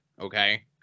Okay